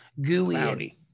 gooey